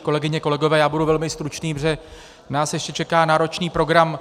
Kolegyně, kolegové, budu velmi stručný, protože nás ještě čeká náročný program.